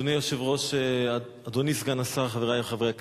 אדוני היושב-ראש, אדוני סגן השר, חברי חברי הכנסת,